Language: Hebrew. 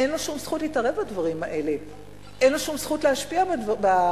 אין לו שום זכות להתערב בדברים האלה,